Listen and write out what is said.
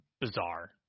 bizarre